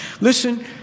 Listen